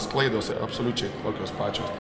nes klaidos absoliučiai tokios pačios